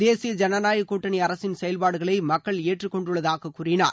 தேசிய ஜனநாயகக் கூட்டணி அரசின் செயல்பாடுகளை மக்கள் ஏற்றுக்கொண்டுள்ளதாக கூறினார்